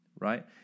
right